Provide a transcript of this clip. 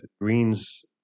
greens